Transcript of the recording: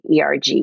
ERG